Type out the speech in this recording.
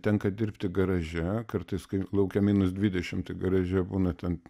tenka dirbti garaže kartais kai lauke minus dvidešimt tai garaže būna ten